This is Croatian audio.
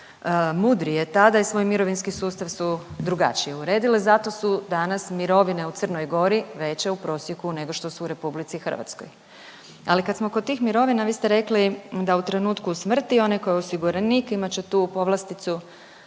tada i svoj mirovinski sustav su drugačije uredile, zato su danas mirovine u Crnoj Gori veće u prosjeku nego što su u RH. Ali, kad smo kod tih mirovina, vi ste rekli da u trenutku smrti, onaj koji je osiguranik, imat će tu povlasticu